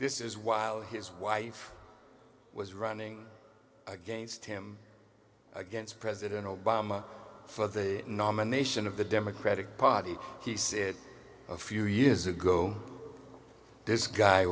this is while his wife was running against him against president obama for the nomination of the democratic party he said a few years ago this guy